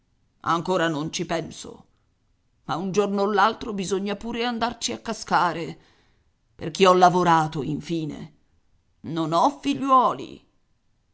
ancora non ci penso ma un giorno o l'altro bisogna pure andarci a cascare per chi ho lavorato infine non ho figliuoli